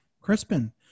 Crispin